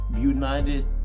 United